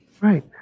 Right